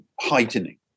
heightening